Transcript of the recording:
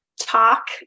talk